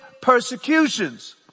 persecutions